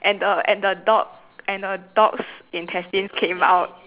and the and the dog and a dog's intestines came out